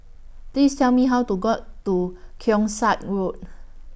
Please Tell Me How to got to Keong Saik Road